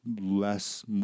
less